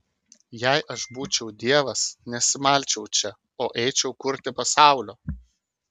jei aš būčiau dievas nesimalčiau čia o eičiau kurti pasaulio